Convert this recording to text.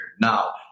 Now